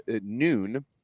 noon